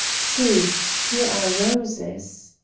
see! here are roses.